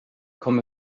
kom